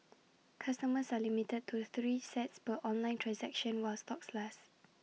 customers are limited to three sets per online transaction while stocks last